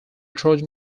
trojan